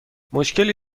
مشکلی